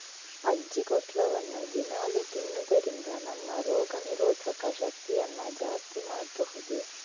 ಅಜ್ಜಿಕೊಟ್ಲವನ್ನ ದಿನಾಲೂ ತಿನ್ನುದರಿಂದ ನಮ್ಮ ರೋಗ ನಿರೋಧಕ ಶಕ್ತಿಯನ್ನ ಜಾಸ್ತಿ ಮಾಡ್ಬಹುದು